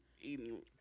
eating